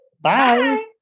Bye